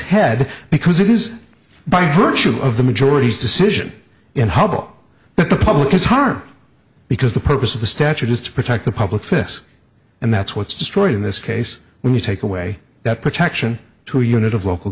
head because it is by virtue of the majority's decision in hubbell but the public is harmed because the purpose of the statute is to protect the public this and that's what's destroyed in this case when you take away that protection to unit of local